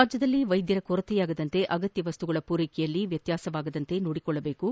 ರಾಜ್ಯದಲ್ಲಿ ವೈದ್ಯರ ಕೊರತೆಯಾಗದಂತೆ ಅಗತ್ಯ ವಸ್ತುಗಳ ಪೂರೈಕೆಯಲ್ಲಿ ವ್ಯತ್ಯಾಸವಾಗದಂತೆ ನೋಡಿಕೊಳ್ಳಬೇಕು